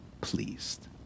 pleased